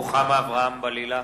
(קורא בשמות חברי הכנסת)